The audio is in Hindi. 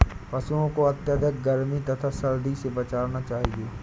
पशूओं को अत्यधिक गर्मी तथा सर्दी से बचाना चाहिए